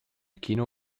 kino